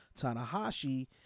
Tanahashi